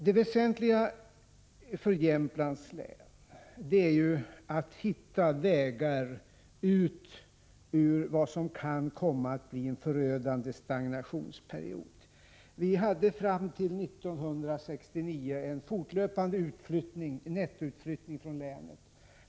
Det väsentliga för Jämtlands län är att hitta vägar ut ur det som kan komma att bli en förödande stagnationsperiod. Vi hade fram till 1969 en fortlöpande nettoutflyttning från länet.